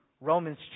Romans